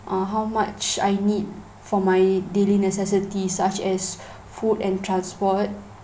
uh how much I need for my daily necessities such as food and transport